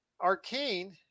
Arcane